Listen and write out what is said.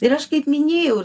ir aš kaip minėjau